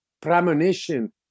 premonition